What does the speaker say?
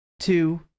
two